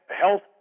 health